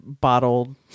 bottled